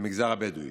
למגזר הבדואי: